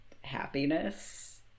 happiness